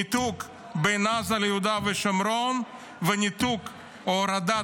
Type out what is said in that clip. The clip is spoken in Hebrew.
ניתוק בין עזה ליהודה ושומרון וניתוק או הורדת